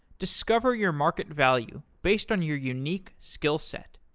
discover your market value based on your unique skill set.